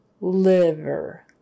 liver